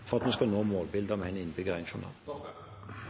for at vi skal nå målbildet om én innbygger – én journal.